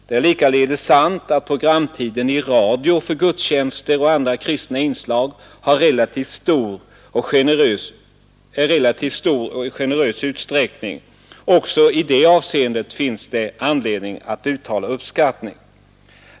Det är likaledes sant att programtiden i radio för gudstjänster och andra kristna inslag har relativt stor och generös utsträckning. Också i det avseendet finns det anledning att uttala uppskattning.